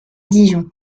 dijon